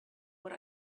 what